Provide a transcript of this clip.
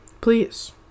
Please